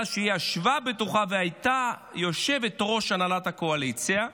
שהיא ישבה בתוכה והייתה יושבת-ראש הנהלת הקואליציה,